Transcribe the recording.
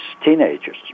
teenagers